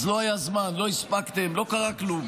אז לא היה זמן, לא הספקתם, לא קרה כלום.